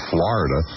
Florida